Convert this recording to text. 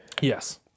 Yes